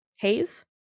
Haze